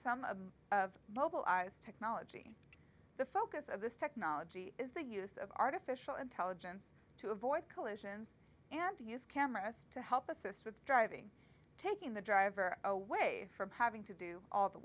some of the mobile as technology the focus of this technology is the use of artificial intelligence to avoid collisions and to use cameras to help assist with driving taking the driver away from having to do all the